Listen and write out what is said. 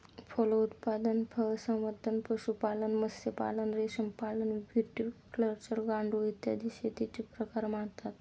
फलोत्पादन, फळसंवर्धन, पशुपालन, मत्स्यपालन, रेशीमपालन, व्हिटिकल्चर, गांडूळ, इत्यादी शेतीचे प्रकार मानतात